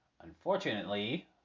unfortunately